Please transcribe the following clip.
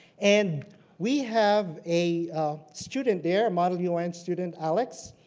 and we have a student there, are model u n. student, alex.